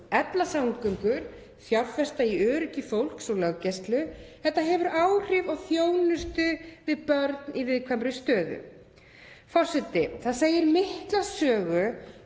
efla samgöngur, fjárfesta í öryggi fólks og löggæslu. Þetta hefur áhrif á þjónustu við börn í viðkvæmri stöðu. Forseti. Það segir mikla sögu